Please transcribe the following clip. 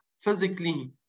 physically